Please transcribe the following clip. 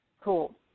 Cool